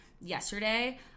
yesterday